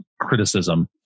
criticism